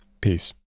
Peace